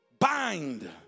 Bind